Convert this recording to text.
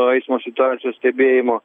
nuo eismo situacijos stebėjimo